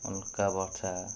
ଉଲକା ବର୍ଷା